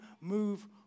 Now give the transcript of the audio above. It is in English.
move